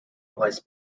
was